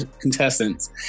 contestants